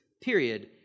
Period